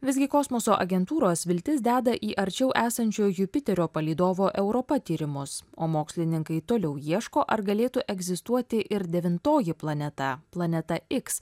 visgi kosmoso agentūros viltis deda į arčiau esančio jupiterio palydovo europa tyrimus o mokslininkai toliau ieško ar galėtų egzistuoti ir devintoji planeta planeta x